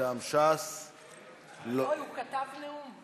מטעם ש"ס, אוי, הוא כתב נאום.